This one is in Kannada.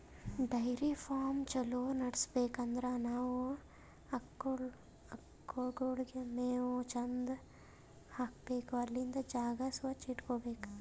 ಡೈರಿ ಫಾರ್ಮ್ ಛಲೋ ನಡ್ಸ್ಬೇಕ್ ಅಂದ್ರ ನಾವ್ ಆಕಳ್ಗೋಳಿಗ್ ಮೇವ್ ಚಂದ್ ಹಾಕ್ಬೇಕ್ ಅಲ್ಲಿಂದ್ ಜಾಗ ಸ್ವಚ್ಚ್ ಇಟಗೋಬೇಕ್